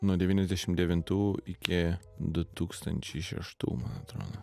nuo devyniasdešim devintų iki du tūkstančiai šeštų man atrodo